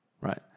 Right